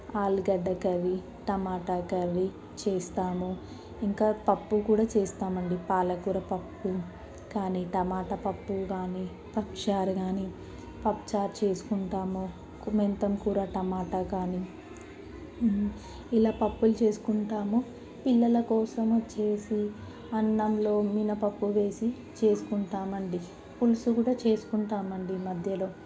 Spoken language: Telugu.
ఆలుగడ్డ కర్రీ టమాటా కర్రీ చేస్తాము ఇంకా పప్పు కూడా చేస్తామండి పాలకూర పప్పు కానీ టమాట పప్పు కాని పప్పుచారు కానీ పప్పుచారు చేసుకుంటాము కుమ్మేస్తాం కూర టమాటా కానీ ఇలా పప్పులు చేసుకుంటాము పిల్లల కోసం వచ్చేసి అన్నంలో మినపప్పు వేసి చేసుకుంటామండి పులుసు కూడా చేసుకుంటామండీ మధ్యలో